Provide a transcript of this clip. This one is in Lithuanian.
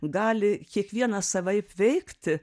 gali kiekvieną savaip veikti